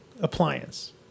appliance